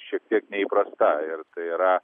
šiek tiek neįprasta ir tai yra